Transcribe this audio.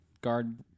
guard